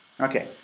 Okay